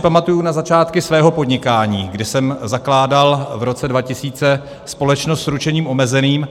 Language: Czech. Pamatuji si na začátky svého podnikání, kdy jsem zakládal v roce 2000 společnost s ručením omezeným.